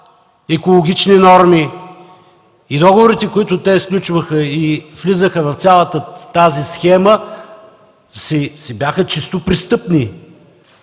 екологични норми. И договорите, които те сключваха и влизаха в цялата тази схема, си бяха чисто престъпни.